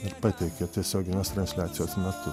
ir pateikia tiesioginės transliacijos metu